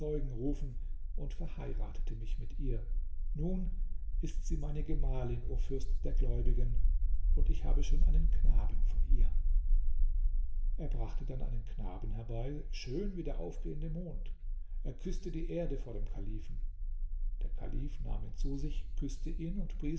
rufen und verheiratete mich mit ihr nun ist sie meine gemahlin o fürst der gläubigen und ich habe schon einen knaben von ihr er brachte dann einen knaben herbei schön wie der aufgehende mond er küßte die erde vor dem kalifen der kalif nahm ihn zu sich küßte ihn und